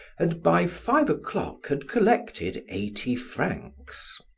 and by five o'clock had collected eighty francs.